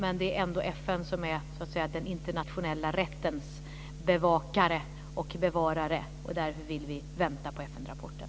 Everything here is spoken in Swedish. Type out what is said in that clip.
Men det är ändå FN som är den internationella rättens bevakare och bevarare. Därför vill vi vänta på FN-rapporten.